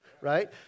Right